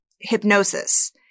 hypnosis